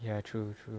ya true true